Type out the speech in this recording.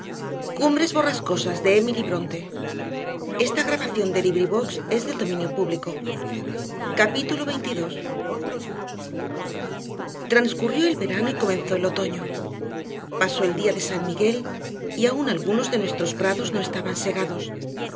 capítulo veintidós transcurrió el verano y comenzó el otoño pasó el día de san miguel y aún algunos de nuestros prados no estaban segados